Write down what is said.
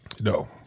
No